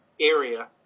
area